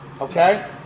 Okay